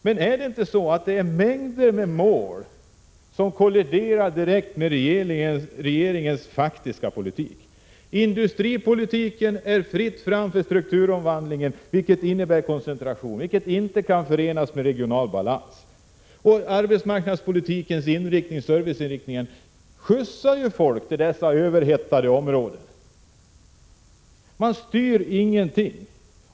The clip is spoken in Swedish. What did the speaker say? Men är det inte mängder av mål som direkt kolliderar med regeringens faktiska politik? Industripolitiken ger fritt fram för strukturomvandling, vilket innebär en koncentration som inte kan förenas med regional balans. Arbetsmarknadspolitikens serviceinriktning skjutsar ju folk till de överhettade områdena. Man styr ingenting.